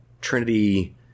Trinity –